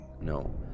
No